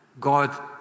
God